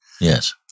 Yes